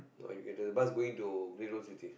you can take the bus going to Great World City